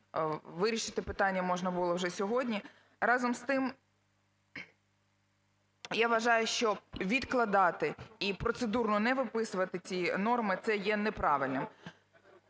вирішити питання можна було вже сьогодні. Разом з тим, я вважаю, що відкладати і процедурно не виписувати ці норми – це є неправильним.